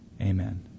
Amen